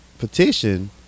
petition